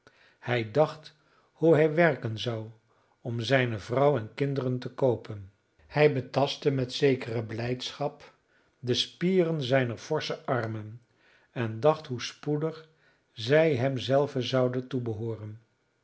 hij dacht hoe hij werken zou om zijne vrouw en kinderen te koopen hij betastte met zekere blijdschap de spieren zijner forsche armen en dacht hoe spoedig zij hem zelven zouden toebehooren